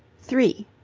three